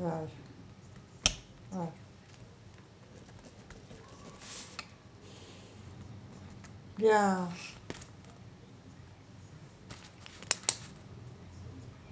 right ya